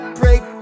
break